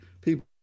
People